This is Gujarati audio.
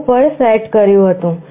9 પર સેટ કર્યું હતું